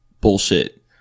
bullshit